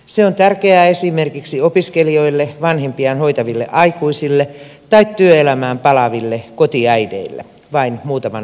se on tärkeää esimerkiksi opiskelijoille vanhempiaan hoitaville aikuisille tai työelämään palaaville kotiäideille vain muutaman mainitakseni